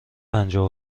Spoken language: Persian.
پنجاه